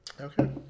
Okay